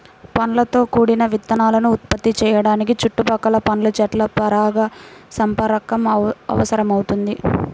పండ్లతో కూడిన విత్తనాలను ఉత్పత్తి చేయడానికి చుట్టుపక్కల పండ్ల చెట్ల పరాగసంపర్కం అవసరమవుతుంది